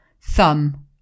thumb